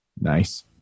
Nice